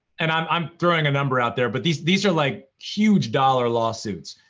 and i'm i'm throwing a number out there, but these these are like, huge dollar lawsuits.